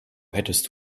hättest